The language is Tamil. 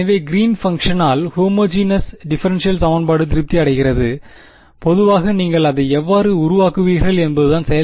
எனவே கிறீன் பங்ஷனால் ஹோமோஜினோஸ் டிஃபரென்ஷியல் சமன்பாடு திருப்தி அடைகிறது பொதுவாக நீங்கள் அதை எவ்வாறு உருவாக்குவீர்கள் என்பதுதான்